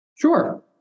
Sure